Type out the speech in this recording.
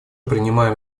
принимаем